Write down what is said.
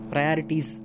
Priorities